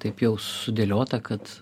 taip jau sudėliota kad